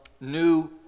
new